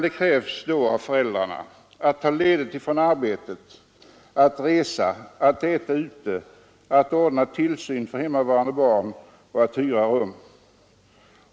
Det krävs då av föräldrarna att de skall ta ledigt från arbetet, att de skall resa, äta ute, ordna tillsynen för hemmavarande barn och hyra rum nära specialkliniken.